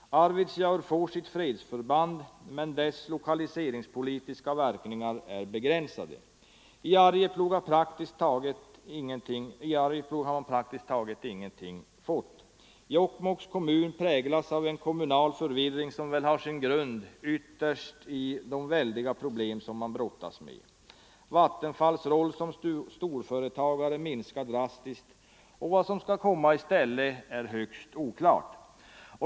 Arvidsjaur har fått ett fredsförband, men dess lokaliseringspolitiska verkningar är begränsade. I Arjeplog har man praktiskt taget ingenting fått. Jokkmokk präglas av en kommunal förvirring som väl ytterst har sin grund i de väldiga problem som kommunen brottas med. Vatenfalls roll som storföretagare minskar drastiskt och vad som skall komma i stället är högst oklart.